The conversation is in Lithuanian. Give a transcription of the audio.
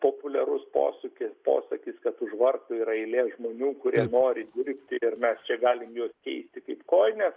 populiarus posūkis posakis kad už vartų yra eilė žmonių kurie nori dirbti ir mes čia galim juos keisti kaip kojines